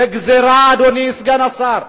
זו גזירה, אדוני סגן השר.